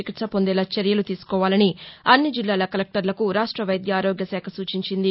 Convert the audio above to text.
చికిత్స పొందేలా చర్యలు తీసుకోవాలని అన్ని జిల్లాల కలెక్టర్లకు రాష్ట వైద్య ఆరోగ్య శాఖ సూచించింది